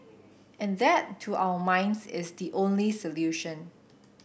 and that to our minds is the only solution